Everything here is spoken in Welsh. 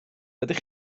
ydych